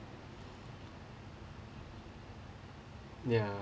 ya